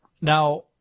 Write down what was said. Now